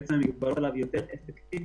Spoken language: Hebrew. כך המגבלות מקשות עליו יותר לתפקד.